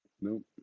Nope